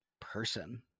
person